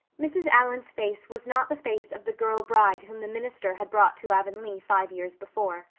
mrs. allan's face was not the face of the girlbride whom the minister had brought to avonlea five years before.